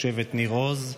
תושבת ניר עוז,